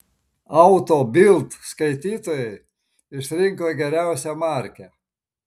auto bild skaitytojai išrinko geriausią markę